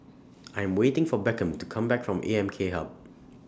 I Am waiting For Beckham to Come Back from A M K Hub